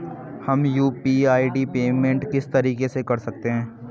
हम UPI payment किस तरीके से कर सकते हैं?